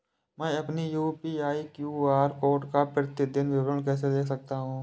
मैं अपनी UPI QR code का प्रतीदीन विवरण कैसे देख सकता हूँ?